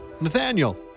Nathaniel